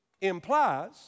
implies